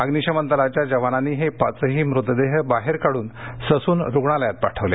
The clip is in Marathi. अग्निशमन दलाच्या जवानांनी हे पाचही मृतदेह बाहेर काढून ससून रुग्णालयात पाठवले